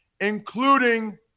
including